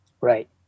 Right